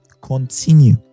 continue